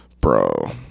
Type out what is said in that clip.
bro